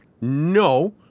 No